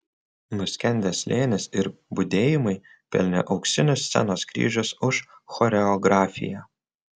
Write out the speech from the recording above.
nuskendęs slėnis ir budėjimai pelnė auksinius scenos kryžius už choreografiją